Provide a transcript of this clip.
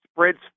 Spreads